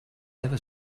ever